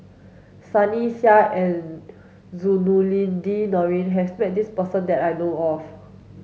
Sunny Sia and Zainudin Nordin has met this person that I know of